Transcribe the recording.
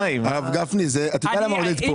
הרב גפני, אתה יודע למה עודד פה?